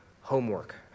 homework